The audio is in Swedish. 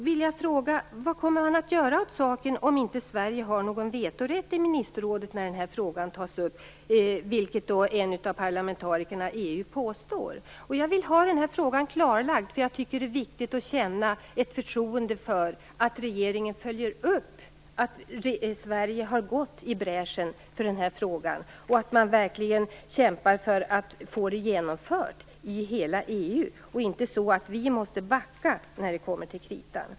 Vad kommer man att göra åt saken om inte Sverige har någon vetorätt i ministerrådet när den här frågan tas upp, vilket en av parlamentarikerna i EU påstår? Jag vill ha den här frågan klarlagd. Jag tycker att det är viktigt att känna förtroende för att regeringen följer upp att Sverige har gått i bräschen i den här frågan och att man verkligen kämpar för att få avvecklingen genomförd i hela EU, och att vi inte måste backa när det kommer till kritan.